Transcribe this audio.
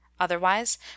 Otherwise